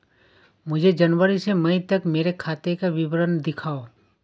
मुझे जनवरी से मई तक मेरे खाते का विवरण दिखाओ?